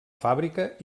fàbrica